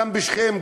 גם בשכם,